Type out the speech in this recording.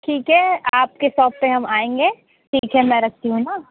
ठीक है आपके शोप पर हम आएंगे ठीक है मैं रखती हूँ हाँ